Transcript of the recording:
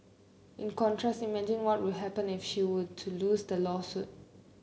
in contrast imagine what will happen if she were to lose the lawsuit